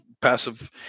passive